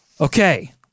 Okay